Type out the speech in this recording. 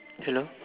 hello